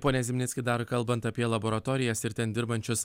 pone zimnickai dar kalbant apie laboratorijas ir ten dirbančius